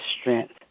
strength